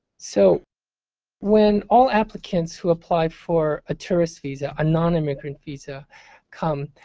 so when all applicants who apply for a tourist visa, a non-immigrant visa come,